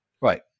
Right